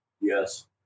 Yes